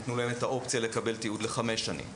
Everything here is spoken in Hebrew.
נתנו להם את האופציה לקבל תיעוד לחמש שנים.